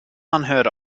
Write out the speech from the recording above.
unheard